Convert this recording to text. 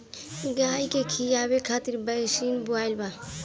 गाई के खियावे खातिर बरसिंग बोआइल बा